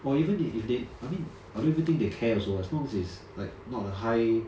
or even if they I mean I don't even think they care also as long as is like not a high